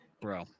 bro